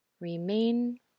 Remain